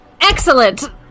Excellent